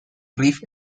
riff